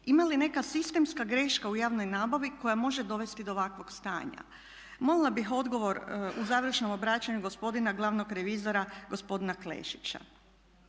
Ima li neka sistemska greška u javnoj nabavi koja može dovesti do ovakvog stanja? Molila bih odgovor u završnom obraćanju gospodina glavnog revizora gospodina Klešića.